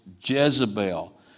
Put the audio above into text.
Jezebel